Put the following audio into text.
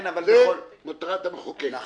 זה מטרת המחוקק.